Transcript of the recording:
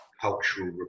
cultural